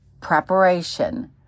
preparation